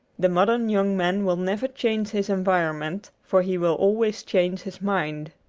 the modern young man will never change his environment, for he will always change his mind.